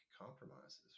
compromises